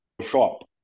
shop